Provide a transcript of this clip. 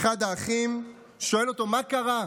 אחד האחים, שואל אותו: מה קרה?